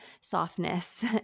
softness